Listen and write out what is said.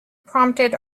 prompted